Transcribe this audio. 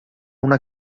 una